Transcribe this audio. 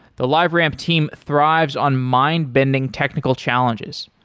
the liveramp team thrives on mind-bending technical challenges.